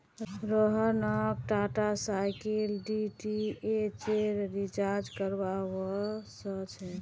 रोहनक टाटास्काई डीटीएचेर रिचार्ज करवा व स छेक